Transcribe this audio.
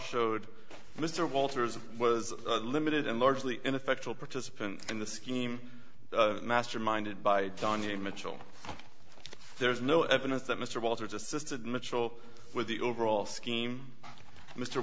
showed mr walters was limited and largely ineffectual participant in the scheme masterminded by tonya mitchell there is no evidence that mr walters assisted mitchell with the overall scheme mr